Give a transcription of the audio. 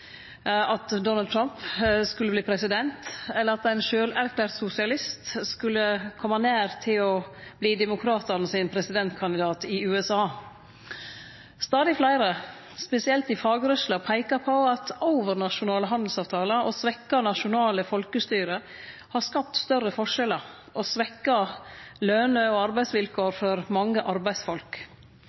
at Donald Trump skulle verte president, eller at ein sjølverklært sosialist skulle kome nær ved å verte Demokratane sin presidentkandidat i USA. Stadig fleire, spesielt i fagrørsla, peikar på at overnasjonale handelsavtalar og svekte nasjonale folkestyre har skapt større forskjellar og svekt løner og arbeidsvilkår for mange arbeidsfolk.